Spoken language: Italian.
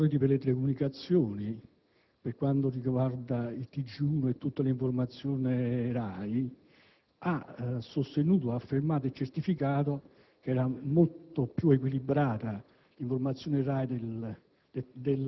l'*Authority* per le telecomunicazioni, per quanto riguarda il TG1 e tutta l'informazione RAI ha sostenuto, affermato e certificato che era molto più equilibrata l'informazione RAI del